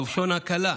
נופשון "הקלה"